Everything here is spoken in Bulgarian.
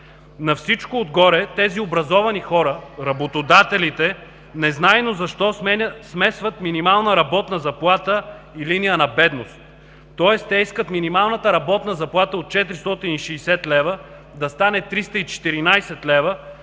На всичко отгоре, тези образовани хора, работодателите, незнайно защо смесват минимална работна заплата и линия на бедност. Тоест те искат минималната работна заплата от 460 лв. да стане 314 лв.,